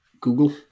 Google